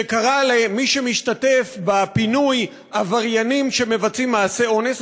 שקרא למי שמשתתפים בפינוי עבריינים שמבצעים מעשה אונס.